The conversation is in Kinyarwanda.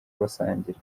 basangira